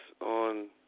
on